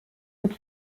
mit